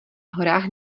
horách